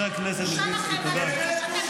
בושה, חנוך, חבר הכנסת מלביצקי, תודה.